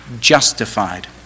justified